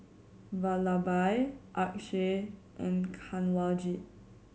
Vallabhbhai Akshay and Kanwaljit